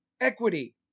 Equity